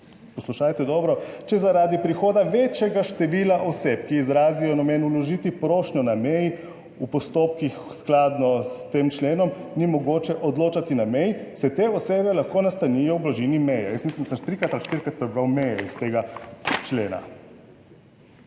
poslušajte dobro, če zaradi prihoda večjega števila oseb, ki izrazijo namen vložiti prošnjo na meji, v postopkih skladno s tem členom ni mogoče odločati na meji, se te osebe lahko nastanijo v bližini meje. Jaz mislim, da sem trikrat ali štirikrat prebral Meje iz tega člena,